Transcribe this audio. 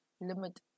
limit